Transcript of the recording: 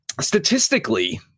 Statistically